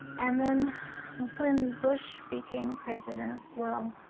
and then when bush became president, well,